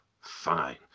Fine